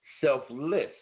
selfless